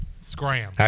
scram